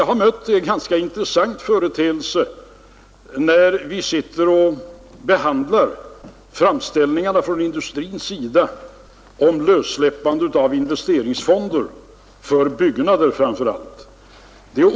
Jag har mött en ganska intressant företeelse när vi behandlat framställningar från industrins sida om lössläppande av investeringsfonder för framför allt byggnader.